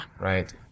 Right